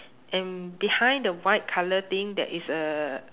and behind the white colour thing there is uh